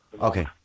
Okay